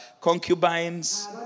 concubines